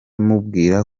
mubwira